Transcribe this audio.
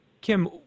Kim